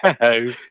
Hello